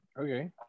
okay